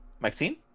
maxine